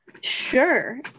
Sure